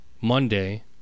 Monday